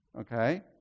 Okay